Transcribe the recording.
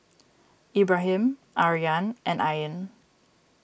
Ibrahim Aryan and Ain